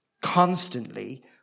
constantly